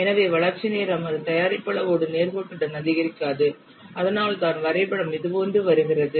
எனவே வளர்ச்சி நேரம் அது தயாரிப்பு அளவோடு நேர்கோட்டுடன் அதிகரிக்காது அதனால்தான் வரைபடம் இதுபோன்று வருகிறது